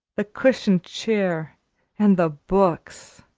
the cushioned chair and the books!